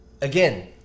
again